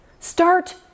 Start